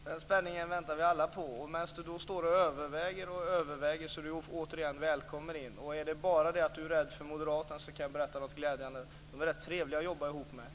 Fru talman! Vi väntar alla med spänning. Medan Mikael Johansson står och överväger och överväger vill jag återigen säga att han är välkommen till vår sida. Om det bara handlar om att Mikael Johansson är rädd för moderaterna, kan jag berätta något glädjande: De är rätt trevliga att jobba ihop med.